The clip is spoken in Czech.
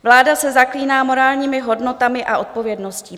Vláda se zaklíná morálními hodnotami a odpovědností.